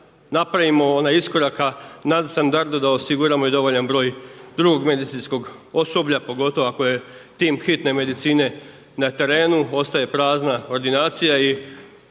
napravimo onaj iskorak ka nadstandardu da osiguramo i dovoljan broj drugog medicinskog osoblja pogotovo ako je tim hitne medicine na terenu, ostaje prazna ordinacija